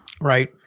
Right